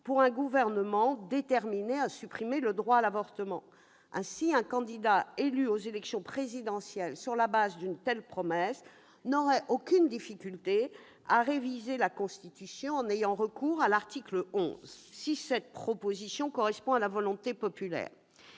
pour un gouvernement déterminé à supprimer ce droit. Un candidat élu à l'élection présidentielle sur la base d'une telle promesse n'aurait ainsi aucune difficulté à réviser la Constitution en ayant recours à son article 11, si une telle proposition correspondait à la volonté populaire.